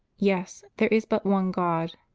yes there is but one god.